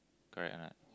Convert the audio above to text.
correct or not